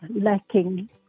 lacking